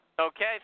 Okay